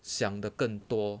想得更多